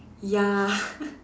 ya